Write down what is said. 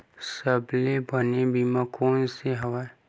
सबले बने बीमा कोन से हवय?